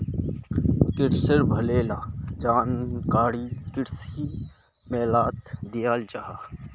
क्रिशिर भले ला जानकारी कृषि मेलात दियाल जाहा